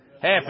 half